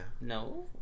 no